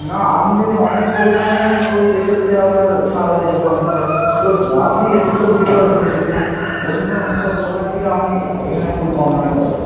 না আপনি যদি অনেক পরিমাণে নেন তো সেইক্ষেত্রে আপনার ছাড় হয়ে যাবে অনেকটাই তো আপনি এসে তো বুঝতে পারবেন যে দেখুন অন্য সব দোকানের থেকে আপনি এখানে খুব কম দামে পাবেন